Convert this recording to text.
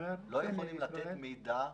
חומר ואנחנו לא יכולים לתת מידע,